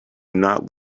not